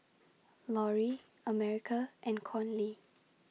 Loree America and Conley